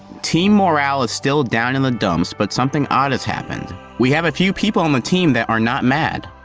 team morale is still down in the dumps but something odd has happened. we have a few people on the team that are not mad.